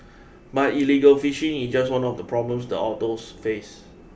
but illegal fishing is just one of the problems the otters face